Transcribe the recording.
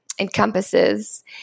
encompasses